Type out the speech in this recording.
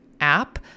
app